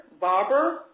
barber